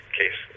case